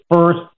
first